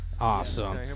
Awesome